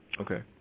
Okay